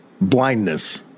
Blindness